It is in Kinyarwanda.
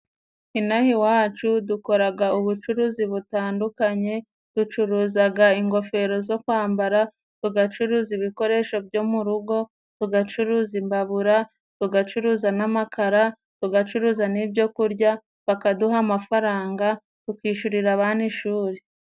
Ino aha iwacu dukoraga ubucuruzi butandukanye ducuruzaga ingofero zo kwambara, tugacuruza ibikoresho byo mu rugo, tugacuruza imbabura tugacuruza n'amakara, tugacuruza n'ibyokurya bakaduha amafaranga tukishurira abana ishuri.